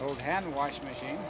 old hand washing machine